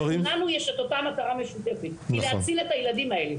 לכולנו יש את אותה מטרה משותפת והיא להציל את הילדים האלה,